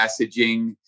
messaging